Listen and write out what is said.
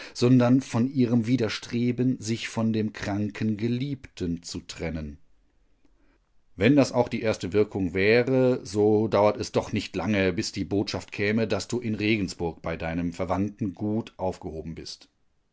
sondern von ihrem widerstreben sich von dem kranken geliebten zu trennen wenn das auch die erste wirkung wäre so dauert es doch nicht lange bis die botschaft käme daß du in regensburg bei deinen verwandten gut aufgehoben bist